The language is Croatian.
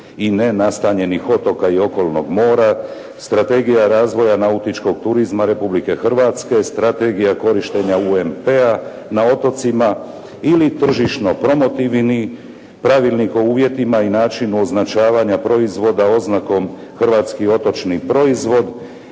i nenastanjenih otoka i okolnog mora, Strategija razvoja nautičkog turizma Republike Hrvatske, Strategija korištenja UNT-a, na otocima ili tržišno promotivni Pravilnik o uvjetima i načinu označavanja proizvoda oznakom hrvatski otočni proizvod